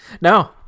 no